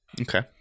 Okay